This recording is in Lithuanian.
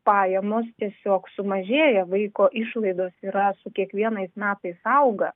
pajamos tiesiog sumažėja vaiko išlaidos yra su kiekvienais metais auga